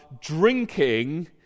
drinking